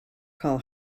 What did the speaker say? call